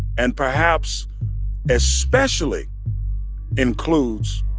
and perhaps especially includes,